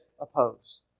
oppose